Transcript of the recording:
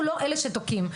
אנחנו לא אלה שתוקעים.